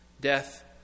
Death